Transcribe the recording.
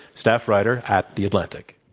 staff writer at the atlantic.